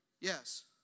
Yes